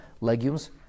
legumes